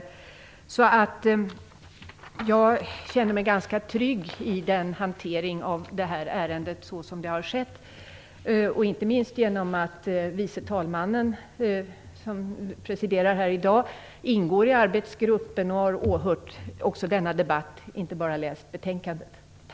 Jag känner mig därför ganska trygg i den hantering av detta ärende som har skett, inte minst genom att tredje vice talmannen, som presiderar här i dag, ingår i arbetsgruppen och har åhört denna debatt och inte bara läst betänkandet.